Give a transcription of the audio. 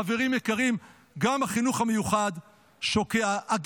חברים יקרים, גם החינוך המיוחד שוקע.